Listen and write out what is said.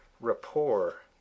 rapport